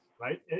right